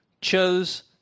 chose